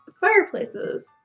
fireplaces